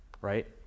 Right